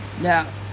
Now